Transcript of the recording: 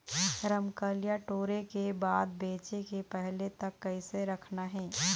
रमकलिया टोरे के बाद बेंचे के पहले तक कइसे रखना हे?